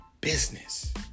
business